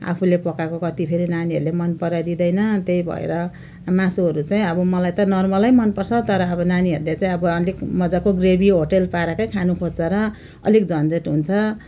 आफूले पकाएको कतिफेर नानीहरूले मनपराई दिँदैन त्यही भएर मासुहरू चाहिँ अब मलाई त नर्मलै मनपर्छ तर अब नानीहरूले चाहिँ अब अलिक मजाको ग्रेभी होटल पाराकै खानु खोज्छ र अलिक झन्झट हुन्छ